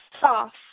soft